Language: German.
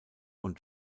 und